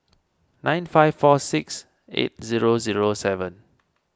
nine five four six eight zero zero seven